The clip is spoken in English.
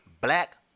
Black